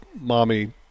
mommy